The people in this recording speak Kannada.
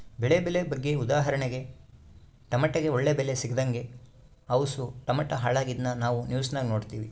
ಬೆಳೆ ಬೆಲೆ ಬಗ್ಗೆ ಉದಾಹರಣೆಗೆ ಟಮಟೆಗೆ ಒಳ್ಳೆ ಬೆಲೆ ಸಿಗದಂಗ ಅವುಸು ಟಮಟೆ ಹಾಳಾಗಿದ್ನ ನಾವು ನ್ಯೂಸ್ನಾಗ ನೋಡಿವಿ